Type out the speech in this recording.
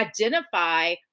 identify